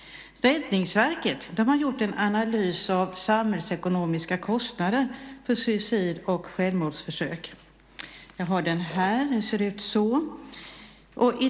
Räddningsverket har gjort en analys av de samhällsekonomiska kostnaderna för suicid och självmordsförsök.